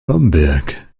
bamberg